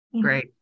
Great